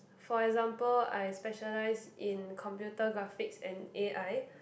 for example I specialise in computer graphics and a_i